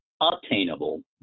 obtainable